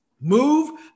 move